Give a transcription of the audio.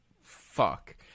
fuck